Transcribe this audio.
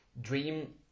dream